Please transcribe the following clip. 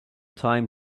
time